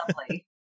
lovely